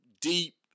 deep